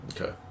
Okay